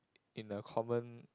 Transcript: in a common